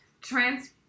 trans